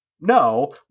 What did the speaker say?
no